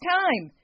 time